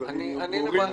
שהדברים יהיו ברורים,